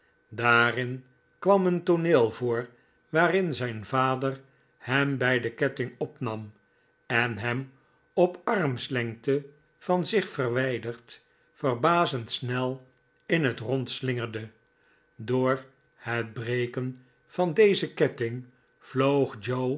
daarin kwam een tooneel voor waarin zijn vader hem bij de ketting opnam en hem op armslengte van zich verwijderd verbazend snel in het rond slingerde door het breken van dezen ketting vloog